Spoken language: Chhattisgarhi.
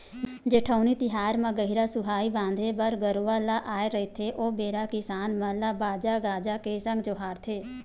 जेठउनी तिहार म गहिरा सुहाई बांधे बर गरूवा ल आय रहिथे ओ बेरा किसान मन ल बाजा गाजा के संग जोहारथे